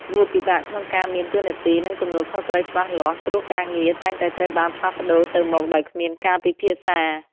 វាពិបាកក្នុងការមាន តួនាទី និងទំនួលខុសត្រូវច្បាស់លាស់ ព្រោះការងារតែងតែត្រូវបានផ្លាស់ប្តូរទៅមកដោយគ្មានការពិភាក្សា។